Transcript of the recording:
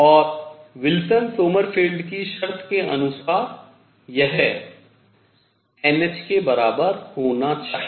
और Wilson Sommerfeld की शर्त के अनुसार यह nh के बराबर होना चाहिए